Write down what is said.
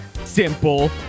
Simple